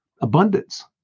Abundance